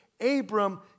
abram